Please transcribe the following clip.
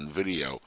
video